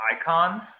icon